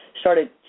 started